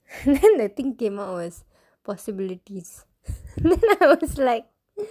the thing came out was possibilities then I was like